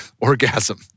orgasm